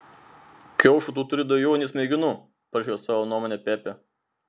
kiaušų tu turi daugiau nei smegenų pareiškė savo nuomonę pepė